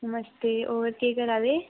नमस्ते होर केह् करा दे